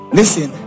listen